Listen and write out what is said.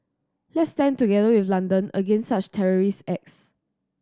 let's stand together with London against such terrorist acts